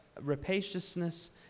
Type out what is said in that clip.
rapaciousness